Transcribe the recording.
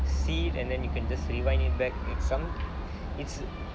see it and then you can just rewind it back and some it's